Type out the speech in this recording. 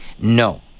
No